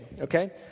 okay